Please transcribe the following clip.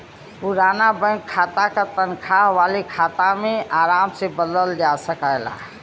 पुराना बैंक खाता क तनखा वाले खाता में आराम से बदलल जा सकल जाला